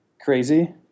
crazy